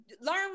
Learn